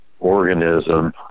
organism